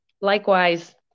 Likewise